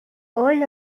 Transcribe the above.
all